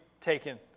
taken